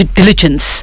diligence